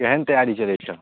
केहन तैआरी चलै छऽ